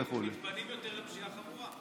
הם נטפלים יותר לפשיעה חמורה.